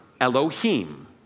Elohim